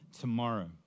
tomorrow